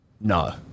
No